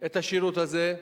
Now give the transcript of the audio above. את השירות הזה,